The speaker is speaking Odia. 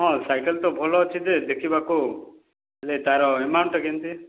ହଁ ସାଇକେଲ ତ ଭଲ ଅଛି ଯେ ଦେଖିବାକୁ ହେଲେ ତା'ର ଆମାଉଣ୍ଟଟା କେନ୍ତି